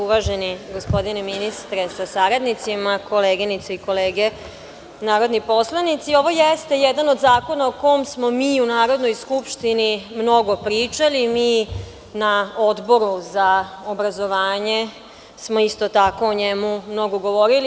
Uvaženi gospodine ministre sa saradnicima, koleginice i kolege narodni poslanici, ovo jeste jedan od zakona o kome smo mi u Narodnoj skupštini mnogo pričali, mi na Odboru za obrazovanje smo isto tako o njemu mnogo govorili.